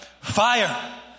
Fire